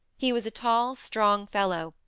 he was a tall, strong fellow,